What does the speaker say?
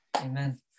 Amen